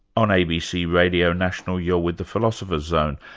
on abc radio national, you're with the philosopher's zone,